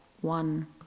one